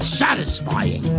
satisfying